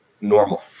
normal